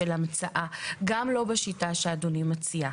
גם לא בשיטה שאדוני מציע,